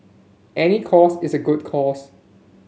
any cause is a good cause